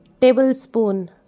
tablespoon